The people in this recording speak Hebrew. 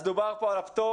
אז דובר פה על הפטור,